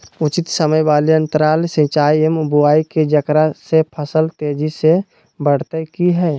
उचित समय वाले अंतराल सिंचाई एवं बुआई के जेकरा से फसल तेजी से बढ़तै कि हेय?